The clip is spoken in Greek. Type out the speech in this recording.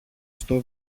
στο